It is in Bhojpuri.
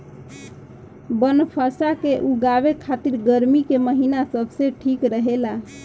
बनफशा के उगावे खातिर गर्मी के महिना सबसे ठीक रहेला